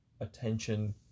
attention